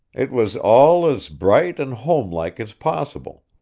it was all as bright and homelike as possible,